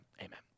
amen